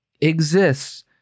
exists